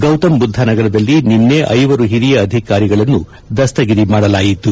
ಗೌತಮ್ಬುದ್ದ ನಗರದಲ್ಲಿ ನಿನ್ನೆ ಐವರು ಹಿರಿಯ ಅಧಿಕಾರಿಗಳನ್ನು ದಸ್ತಗಿರಿ ಮಾಡಲಾಯಿತು